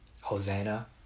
Hosanna